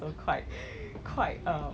那 biscuit 好吃 leh 你不要看他